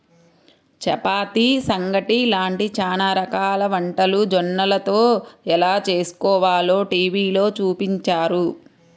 చపాతీ, సంగటి లాంటి చానా రకాల వంటలు జొన్నలతో ఎలా చేస్కోవాలో టీవీలో చూపించారు